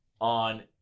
On